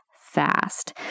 fast